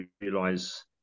realise